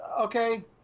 okay